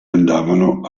andavano